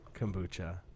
kombucha